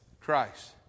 Christ